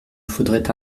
faudrait